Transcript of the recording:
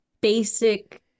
basic